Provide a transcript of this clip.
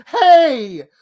hey